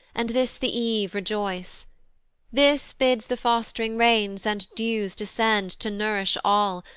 and this the eve rejoice this bids the fost'ring rains and dews descend to nourish all,